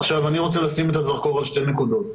עכשיו אני רוצה לשים את הזרקור על שתי נקודות.